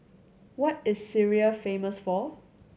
what is Syria famous for